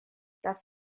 das